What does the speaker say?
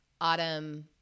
Autumn